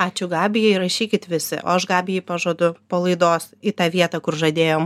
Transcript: ačiū gabijai rašykit visi o aš gabijai pažadu po laidos į tą vietą kur žadėjom